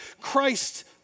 Christ